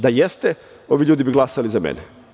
Da jeste ovi ljudi bi glasali za mene.